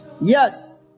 yes